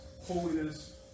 holiness